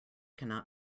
cannot